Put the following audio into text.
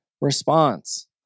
response